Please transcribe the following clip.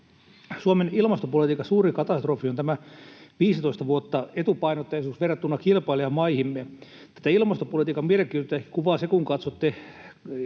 Suomen ilmastopolitiikan suuri katastrofi on 15 vuoden etupainotteisuus verrattuna kilpailijamaihimme. Tämän ilmastopolitiikan mielekkyyttä kuvaa se, kun katsotte